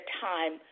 time